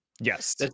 yes